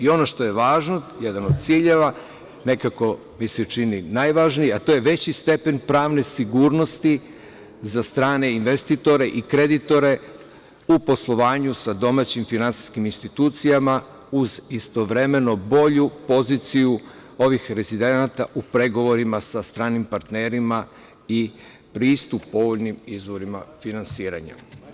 Ono što je važno, jedan od ciljeva nekako mi se čini najvažniji, a to je veći stepen pravne sigurnosti za strane investitore i kreditore u poslovanju sa domaćim finansijskim institucijama, uz istovremeno bolju poziciju ovih recidenata u pregovorima sa stranim partnerima i pristup povoljnim izvorima finansiranja.